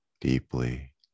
deeply